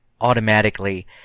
automatically